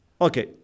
Okay